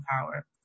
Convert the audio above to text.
power